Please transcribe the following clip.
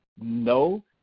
no